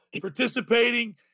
participating